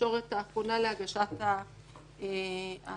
בישורת האחרונה להגשת ההמלצות.